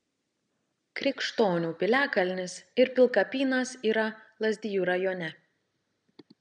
krikštonių piliakalnis ir pilkapynas yra lazdijų rajone